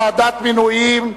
ועדת המינויים),